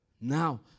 Now